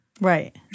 Right